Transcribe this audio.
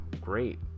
great